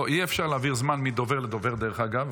אי-אפשר להעביר זמן מדובר לדובר, דרך אגב.